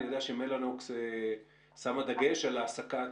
אני יודע שמלאנוקס שמה דגש על העסקת,